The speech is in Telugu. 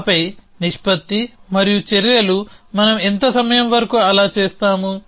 ఆపై నిష్పత్తి మరియు చర్యలుమనం ఎంత సమయం వరకు అలా చేస్తాము